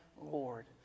Lord